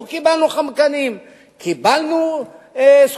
לא קיבלנו "חמקנים",